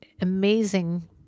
amazing